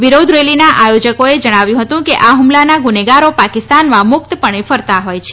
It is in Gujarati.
વિરોધ રેલીના આયોજકોએ જણાવ્યું હતું કે આ હુમલાના ગુનેગારો પાકિસ્તાનમાં મુક્તપણે ફરતા હોય છે